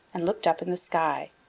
and looked up in the sky.